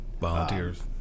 Volunteers